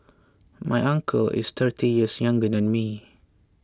my uncle is thirty years younger than me